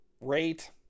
rate